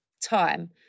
time